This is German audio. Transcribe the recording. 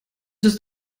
ist